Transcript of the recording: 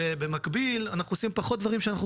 ובמקביל אנחנו עושים פחות דברים שאנחנו